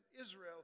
Israel